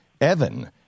Evan